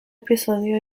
episodio